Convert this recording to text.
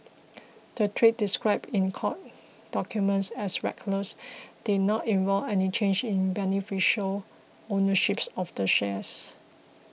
the trades described in court documents as reckless did not involve any change in beneficial ownerships of the shares